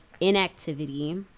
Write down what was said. inactivity